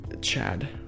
Chad